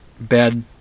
bed